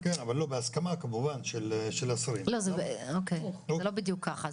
כמובן באישור של השרים --- זה לא בדיוק ככה,